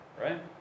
right